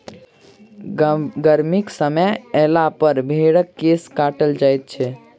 गर्मीक समय अयलापर भेंड़क केश काटल जाइत छै